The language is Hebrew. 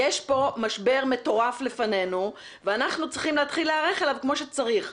יש פה משבר מטורף לפנינו ואנחנו צריכים להתחיל להיערך אליו שצריך,